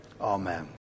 Amen